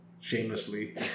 shamelessly